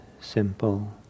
simple